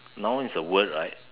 noun is a word right